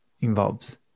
involves